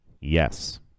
Yes